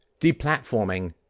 Deplatforming